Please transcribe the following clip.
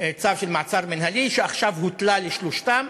צו של מעצר מינהלי, שעכשיו הותלה לשלושתם.